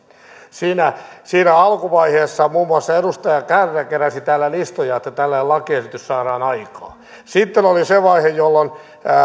siinä alkuvaiheessa muun muassa edustaja kärnä keräsi täällä listoja että tällainen lakiesitys saadaan aikaan sitten oli se vaihe jolloin